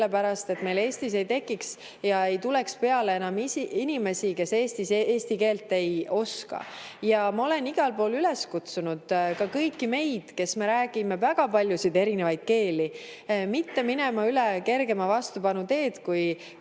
et Eestisse ei tekiks ja ei tuleks enam juurde inimesi, kes eesti keelt ei oska. Ma olen igal pool üles kutsunud ka kõiki meid, kes me räägime väga paljusid erinevaid keeli, mitte minema kergema vastupanu teed